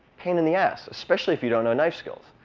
pain in the ass, especially if you don't know knife skills.